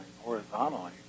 horizontally